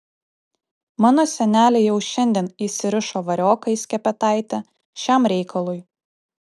mano senelė jau šiandien įsirišo varioką į skepetaitę šiam reikalui